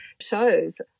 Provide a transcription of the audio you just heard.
shows